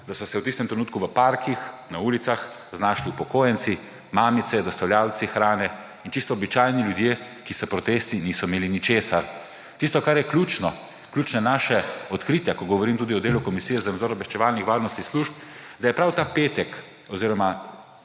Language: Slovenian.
da so se v tistem trenutku v parkih, na ulicah znašli upokojenci, mamice, dostavljavci hrane in čisto običajni ljudje, ki s protesti niso imeli ničesar. Tisto, kar je naše ključno odkritje, ko govorim tudi o delu Komisije za nadzor obveščevalnih varnostnih služb, da so bila prav ta torek,